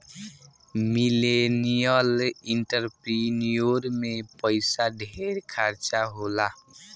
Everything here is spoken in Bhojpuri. मिलेनियल एंटरप्रिन्योर में पइसा ढेर खर्चा होला